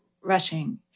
rushing